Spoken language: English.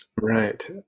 Right